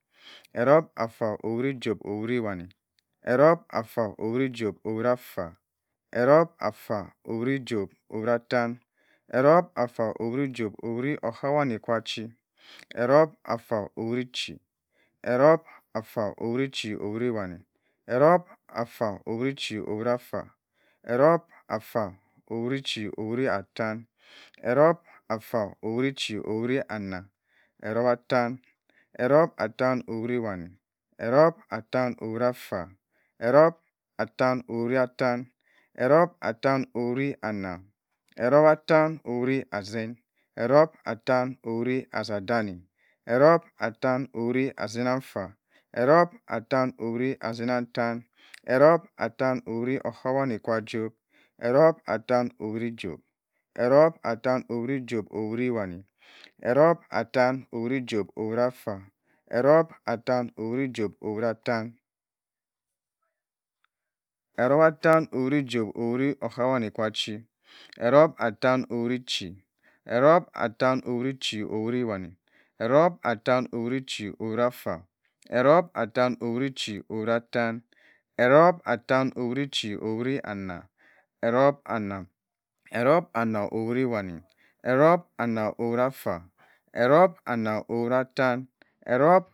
Erop afa owit jobh owit wani erop afa owit jobh owit afa erop afa owit jobh owit attan erop afa owit okhabwani kwa chi erop afa owit chi erop afa owit chi owit afa erop afa owit chi owit attan erop afa owit chi owit anna erop attan erop attan owit wani erop attan owit afa erop attan owit attan erop attan owit anna erop attan owit asin erop attan owit assadani erop attan owit nzann ntta erop attan owit nzann-attan erop attan owit okhabwani kwa johb erop attan owit johb erop attan owit johb owit wani erop attan owit johb owit afa erop attan owit johb owit attan erop attan owit johb owit okhabwani ko chi erop attan owit chi erop attan owit chi owit wani erop attan owit chi owit afa erop attan owit chi owit anna erop anna erop anna owit owani erop anna owit afa erop anna owit attan erop.